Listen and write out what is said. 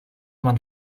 man